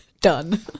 Done